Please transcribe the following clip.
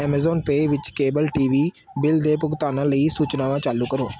Amazon Pay ਵਿੱਚ cable TV bill ਦੇ ਭੁਗਤਾਨਾਂ ਲਈ ਸੂਚਨਾਵਾਂ ਚਾਲੂ ਕਰੋ